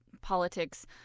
politics